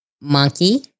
Monkey